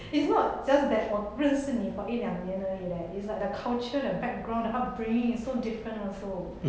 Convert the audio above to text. it's not just that 我认识你 for 一两年而已 leh is like the culture the background the upbringing is so different also